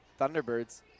Thunderbirds